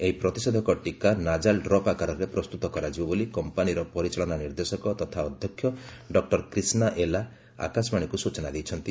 ଏହି ପ୍ରତିଷେଧକ ଟୀକା ନାଜାଲ ଡ୍ରପ୍ ଆକାରରେ ପ୍ରସ୍ତୁତ କରାଯିବ ବୋଲି କମ୍ପାନୀର ପରିଚାଳନା ନିର୍ଦ୍ଦେଶକ ତଥା ଅଧ୍ୟକ୍ଷ ଡକ୍ଟର କ୍ରୀଷ୍ଣା ଏଲା ଆକାଶବାଣୀକୁ ସୂଚନା ଦେଇଛନ୍ତି